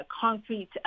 concrete